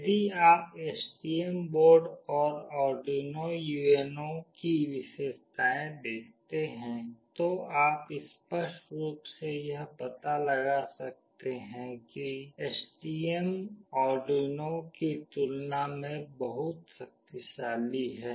यदि आप STM board और आर्डुइनो UNO की विशेषताएं देखते हैं तो आप स्पष्ट रूप से यह पता लगा सकते हैं कि STM आर्डुइनो की तुलना में बहुत शक्तिशाली है